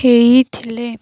ହେଇଥିଲେ